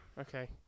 Okay